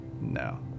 no